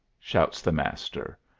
shouts the master.